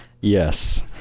Yes